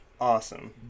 awesome